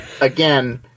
again